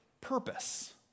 purpose